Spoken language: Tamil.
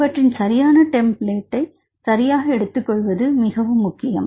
எனவே அவற்றின் சரியான டெம்பிளேட் சரியாக எடுத்துக்கொள்வது மிகவும் முக்கியம்